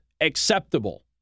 acceptable